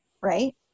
right